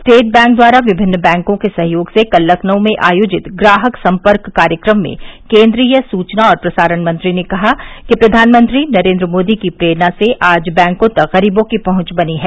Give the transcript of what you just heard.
state Bank द्वारा विभिन्न बैंकों के सहयोग से कल लखनउ में आयोजित ग्राहक सम्पर्क कार्यक्रम में केन्द्रीय सुचना और प्रसारण मंत्री ने कहा कि प्रधानमंत्री नरेन्द्र मोदी की प्रेरणा से आज बैंकों तक गरीबों की पहुंच बनी है